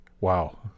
Wow